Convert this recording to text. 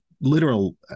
literal